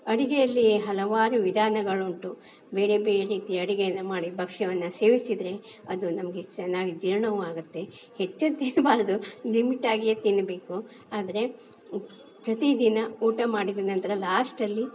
ಅಡುಗೆಯಲ್ಲಿ ಹಲವಾರು ವಿಧಾನಗಳು ಉಂಟು ಬೇರೆ ಬೇರೆ ರೀತಿಯ ಅಡುಗೆಯನ್ನ ಮಾಡಿ ಭಕ್ಷ್ಯವನ್ನು ಸೇವಿಸಿದರೆ ಅದು ನಮಗೆ ಚೆನ್ನಾಗಿ ಜೀರ್ಣವಾಗುತ್ತೆ ಹೆಚ್ಚು ತಿನ್ನಬಾರ್ದು ಲಿಮಿಟಾಗಿಯೇ ತಿನ್ನಬೇಕು ಆದರೆ ಪ್ರತಿದಿನ ಊಟ ಮಾಡಿದ ನಂತರ ಲಾಷ್ಟಲ್ಲಿ